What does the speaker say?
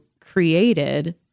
created